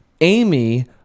Amy